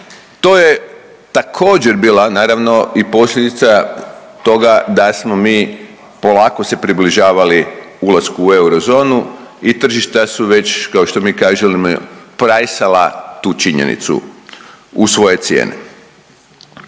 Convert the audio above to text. To je također bila naravno i posljedica toga da smo mi polako se približavali ulasku u eurozonu i tržišta su već kao što mi kažemo prajsala tu činjenicu u svoje cijene.